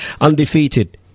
undefeated